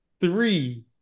Three